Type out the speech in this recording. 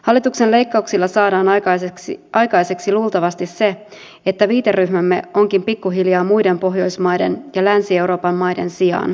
hallituksen leikkauksilla saadaan aikaiseksi luultavasti se että viiteryhmämme onkin pikkuhiljaa muiden pohjoismaiden ja länsi euroopan maiden sijaan itä eurooppa